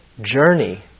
journey